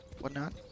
whatnot